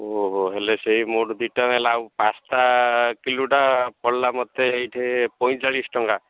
ଓହୋ ହେଲେ ସେଇ ମୋଠୁ ଦୁଇଟା ହେଲା ଆଉ ପାସ୍ତା କିଲୋଟା ପଡ଼ିଲା ମୋତେ ଏଇଠି ପଇଁଚାଳିଶ ଟଙ୍କା